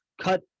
cut